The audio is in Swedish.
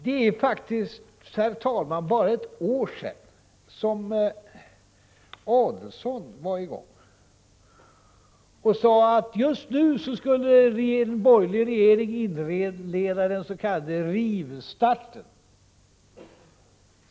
Det är faktiskt, herr talman, bara ett år sedan Adelsohn sade att en borgerlig regering just nu skulle inleda den s.k. rivstarten.